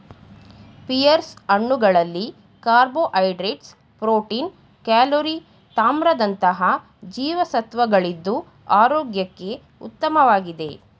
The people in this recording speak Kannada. ಪಿಯರ್ಸ್ ಹಣ್ಣುಗಳಲ್ಲಿ ಕಾರ್ಬೋಹೈಡ್ರೇಟ್ಸ್, ಪ್ರೋಟೀನ್, ಕ್ಯಾಲೋರಿ ತಾಮ್ರದಂತಹ ಜೀವಸತ್ವಗಳಿದ್ದು ಆರೋಗ್ಯಕ್ಕೆ ಉತ್ತಮವಾಗಿದೆ